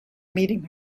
meeting